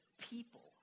people